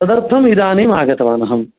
तदर्थम् इदानीं आगतवान् अहम्